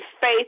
faith